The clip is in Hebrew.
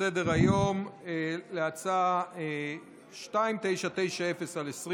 בסדר-היום להצעה פ/2990/24,